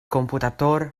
computator